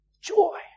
Joy